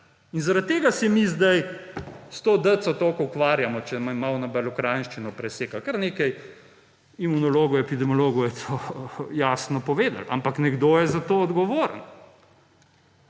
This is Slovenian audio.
In zaradi tega se mi zdaj s to deco toliko ukvarjamo, če me malo na belokranjščino preseka. Kar nekaj imunologov, epidemiologov je to jasno povedalo. Ampak nekdo je za to odgovoren.